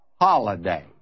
holiday